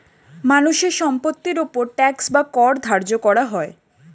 মানুষের সম্পত্তির উপর ট্যাক্স বা কর ধার্য হয়